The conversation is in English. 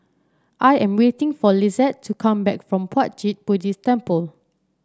I am waiting for Lisette to come back from Puat Jit Buddhist Temple